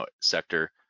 sector